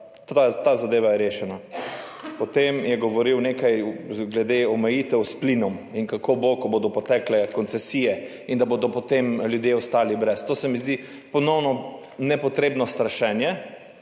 ta zadeva rešena. Potem je govoril nekaj glede omejitev s plinom in kako bo, ko bodo potekle koncesije, da bodo potem ljudje ostali brez. To se mi zdi ponovno nepotrebno strašenje.